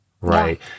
Right